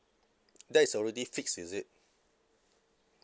that is already fixed is it